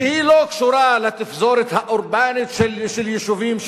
שהיא לא קשורה לתפזורת האורבנית של יישובים,